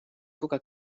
coca